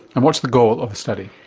and what's the goal of the study?